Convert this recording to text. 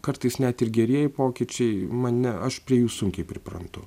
kartais net ir gerieji pokyčiai man ne aš prie jų sunkiai priprantu